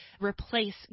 replace